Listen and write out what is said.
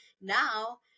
now